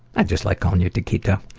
i just like calling you taquito.